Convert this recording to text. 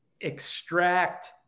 extract